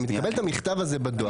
אם היא תקבל את המכתב הזה בדואר,